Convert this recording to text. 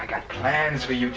i got plans for you